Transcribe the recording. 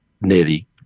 nearly